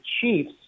Chiefs